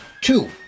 Two